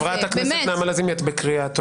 חברת הכנסת נעמה לזימי, את בקריאה.